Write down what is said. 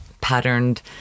patterned